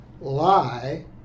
lie